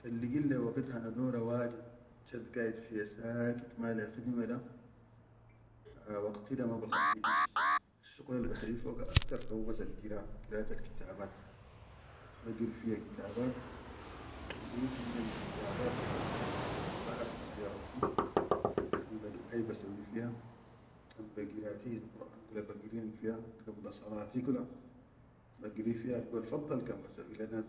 Kan ligit lai waqit hana dora wade chat gaʼid fiya sakit, malai khidime da ha waqit da ma bakhalli imshi ke, asshuqul al-basawwi fiya aktar da hubas algira, girat alkitabat, bagiri fiya kitabat, kan iyid minal kitabat kan baʼabid fiya rabbi, kan be duai basawwi fiya, kan be girati hil Qurʼan kula bagiriyan fiya kan be salati kula bagiri fiya dugul faddal kan.